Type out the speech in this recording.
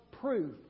proof